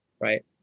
right